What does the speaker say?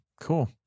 Cool